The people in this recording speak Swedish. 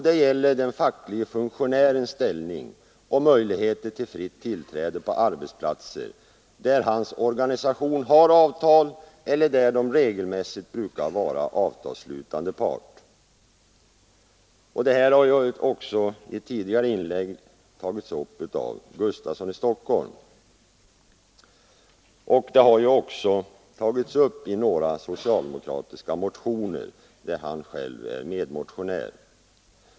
Det gäller den facklige funktionärens ställning och möjligheter till fritt tillträde till arbetsplatser, där hans organisation har avtal eller regelmässigt är avtalsslutande part. Den här frågan har ju också tagits upp i ett tidigare inlägg av herr Gustafsson i Stockholm liksom i några socialdemokratiska motioner där han själv är medmotionär.